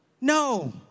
No